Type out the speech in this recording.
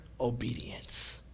obedience